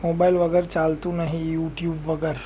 mobile વગર ચાલતું નથી યુ ટ્યૂબ વગર